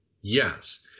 yes